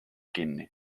kinni